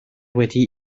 wedi